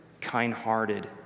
kind-hearted